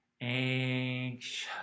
Anxious